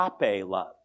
love